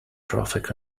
traffic